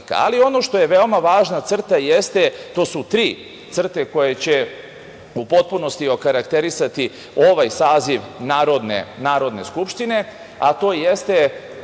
što je veoma važna crta jeste, to su tri crte koje će u potpunosti okarakterisati ovaj saziv Narodne skupštine, a to jeste